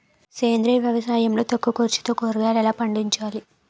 సేంద్రీయ వ్యవసాయం లో తక్కువ ఖర్చుతో కూరగాయలు ఎలా పండించాలి?